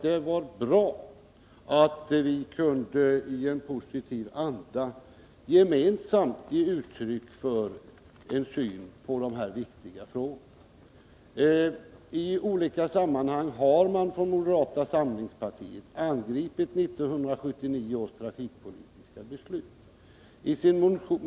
Det är bra att vi i en positiv anda kan ge uttryck för en gemensam syn i dessa viktiga frågor. I olika sammanhang har man från moderata samlingspartiet angripit 1979 års trafikpolitiska beslut.